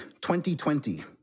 2020